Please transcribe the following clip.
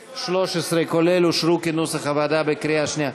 13, כולל, אושרו כנוסח הוועדה בקריאה שנייה.